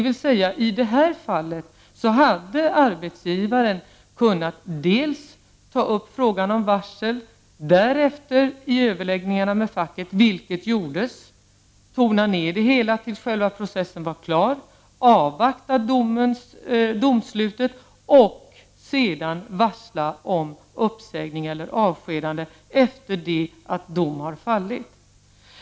I detta fall hade arbetsgivaren kunnat ta upp frågan om varsel, därefter vid överläggningar med facket — vilket gjordes — tona ned det hela tills själva processen var klar, avvakta domslutet och sedan varsla om uppsägning eller avskedande efter det att dom hade fallit.